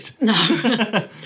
no